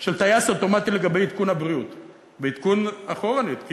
של טייס אוטומטי לגבי עדכון הבריאות ועדכון אחורנית.